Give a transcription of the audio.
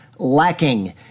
Lacking